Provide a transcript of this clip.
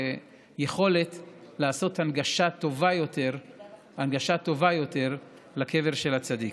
ליכולת לעשות הנגשה טובה יותר לקבר של הצדיק.